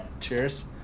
Cheers